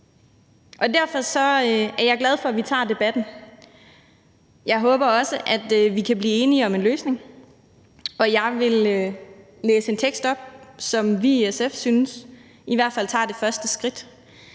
Derfor er jeg glad for, at vi tager debatten. Jeg håber også, at vi kan blive enige om en løsning, og jeg vil læse en vedtagelsestekst op, som vi i SF synes i hvert fald tager det første skridt.